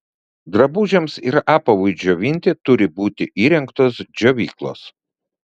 drabužiams ir apavui džiovinti turi būti įrengtos džiovyklos